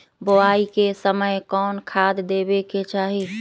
बोआई के समय कौन खाद देवे के चाही?